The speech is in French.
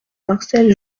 marcel